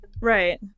Right